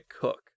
cook